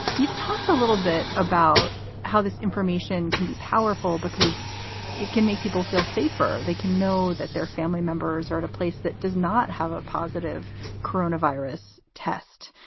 you've talked a little bit about how this information can be powerful because it can make people feel safer. they can know that their family members are at a place that does not have a positive coronavirus test.